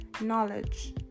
knowledge